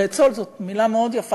לאצול זו מילה מאוד יפה,